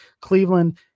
Cleveland